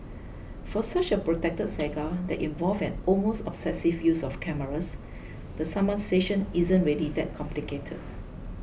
for such a protracted saga that involved an almost obsessive use of cameras the summation isn't really that complicated